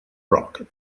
rock